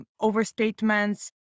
overstatements